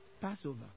Passover